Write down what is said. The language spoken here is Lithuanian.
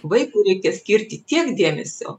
vaikui reikia skirti tiek dėmesio